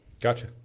Gotcha